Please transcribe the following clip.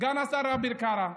סגן השר אביר קארה.